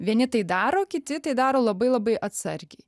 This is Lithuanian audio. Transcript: vieni tai daro kiti tai daro labai labai atsargiai